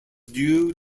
due